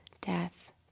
death